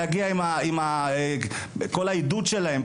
להגיע עם כל העידוד שלהם,